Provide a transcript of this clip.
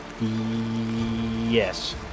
yes